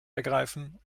ergreifen